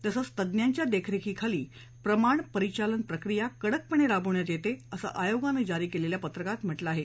तसंच तज्ञांच्या देखरेखीखाली प्रमाण परिचालन प्रक्रिया कडकपणे राबवण्यात येते असं आयोगानं जारी केलेल्या पत्रकात म्हटलं आहे